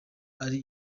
ari